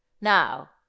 now